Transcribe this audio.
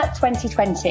2020